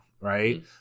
right